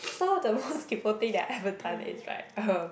so the most kaypoh thing that I've ever done is like uh